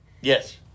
yes